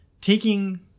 taking